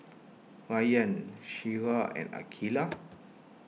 Rayyan Syirah and Aqilah